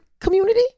community